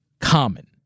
common